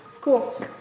Cool